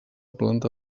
planta